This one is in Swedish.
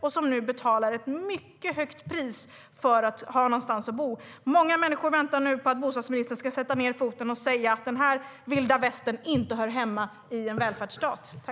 De betalar nu ett mycket högt pris för att ha någonstans att bo. Många människor väntar på att bostadsministern ska sätta ned foten och säga att den här vilda västern inte hör hemma i en välfärdsstat.